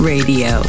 Radio